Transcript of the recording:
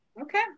Okay